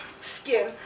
skin